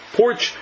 porch